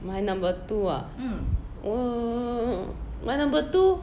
my number two ah err my number two